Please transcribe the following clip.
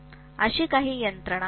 अशा काही यंत्रणा आहेत